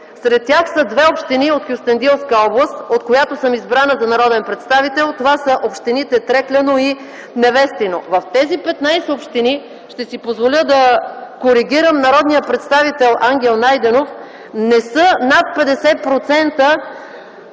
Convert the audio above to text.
Сред тях са две общини от Кюстендилска област, откъдето съм избрана за народен представител, това са общините Трекляно и Невестино. В тези 15 общини – ще си позволя да коригирам народния представител Ангел Найденов – не са над 50%